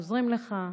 עוזרים לך,